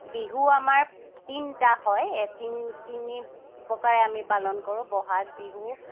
বিহু আমাৰ তিনিটা হয় এ তিন তিনি প্ৰকাৰে আমি পালন কৰোঁ বহাগ বিহু